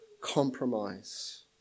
compromise